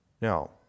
now